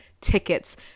tickets